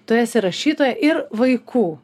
tu esi rašytoja ir vaikų